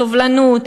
הסובלנות,